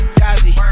kazi